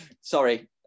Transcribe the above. Sorry